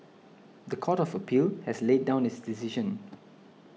the Court of Appeal has laid down its decision